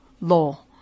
law